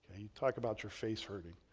you talk about your face hurting.